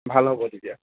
ভাল হ'ব তেতিয়া